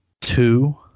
Two